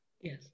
yes